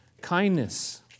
Kindness